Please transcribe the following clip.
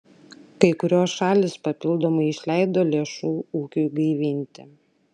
kai kurios šalys papildomai išleido lėšų ūkiui gaivinti